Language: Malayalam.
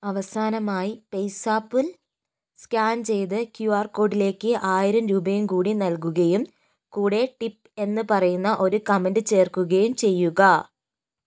അവസാനമായി പേയ്സാപ്പിൽ സ്കാൻ ചെയ്ത ക്യു ആർ കോഡിലേക്ക് ആയിരം രൂപയും കൂടി നൽകുകയും കൂടെ ടിപ്പ് എന്ന് പറയുന്ന ഒരു കമൻറ്റ് ചേർക്കുകയും ചെയ്യുക